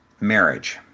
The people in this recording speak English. marriage